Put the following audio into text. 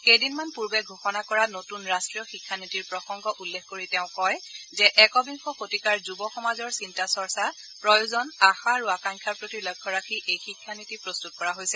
কেইদিনমান পূৰ্বে ঘোষণা কৰা নতুন ৰাষ্ট্ৰীয় শিক্ষা নীতিৰ প্ৰসংগ উল্লেখ কৰি তেওঁ কয় যে একবিংশ শতিকাৰ যুৱ সমাজৰ চিন্তা চৰ্চা প্ৰয়োজন আশা আৰু আকাংক্ষাৰ প্ৰতি লক্ষ্য ৰাখি এই শিক্ষা নীতি প্ৰস্তত কৰা হৈছে